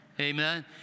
amen